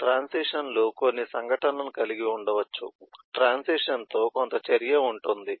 transition లు కొన్ని సంఘటనలను కలిగి ఉండవచ్చు ట్రాన్సిషన్ తో కొంత చర్య ఉంటుంది